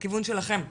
לכיוון שלכם.